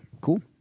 Cool